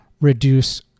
reduce